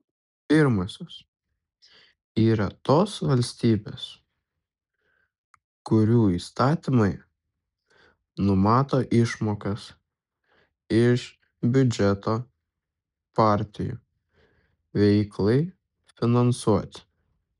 pirmosios yra tos valstybės kurių įstatymai numato išmokas iš biudžeto partijų veiklai finansuoti